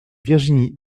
virginie